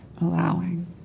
allowing